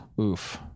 Oof